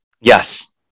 Yes